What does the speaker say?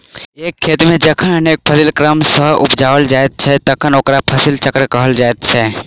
एक खेत मे जखन अनेक फसिल क्रम सॅ उपजाओल जाइत छै तखन ओकरा फसिल चक्र कहल जाइत छै